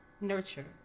nurture